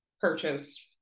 purchase